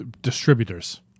distributors